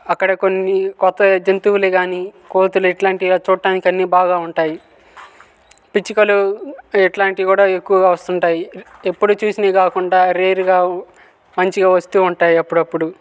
అక్కడ కొన్ని కొత్త జంతువులు కానీ కోతులు ఇట్లాంటివి చూడటానికి అన్నీ బాగా ఉంటాయి పిచ్చుకలు ఇట్లాంటివి కూడా ఎక్కువగా వస్తుంటాయి ఎప్పుడు చూసినవే కాకుండా రేర్గా మంచిగా వస్తూ ఉంటాయి అప్పుడప్పుడు